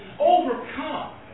overcome